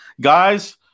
guys